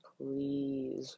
please